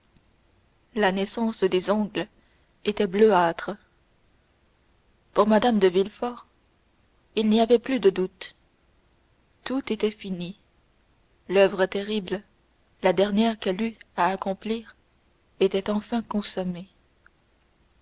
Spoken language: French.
la naissance des ongles était bleuâtre pour mme de villefort il n'y avait plus de doute tout était fini l'oeuvre terrible la dernière qu'elle eût à accomplir était enfin consommée